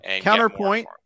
Counterpoint